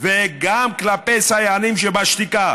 וגם כלפי סייענים שבשתיקה,